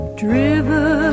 driven